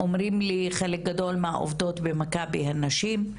שאומרים לי חלק גדול מהעובדות במכבי הן נשים,